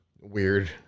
weird